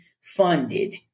funded